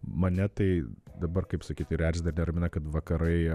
mane tai dabar kaip sakyt ir erzina ir neramina kad vakarai